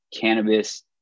Cannabis